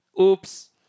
Oops